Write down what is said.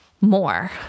more